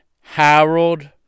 Harold